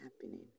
happening